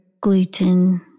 gluten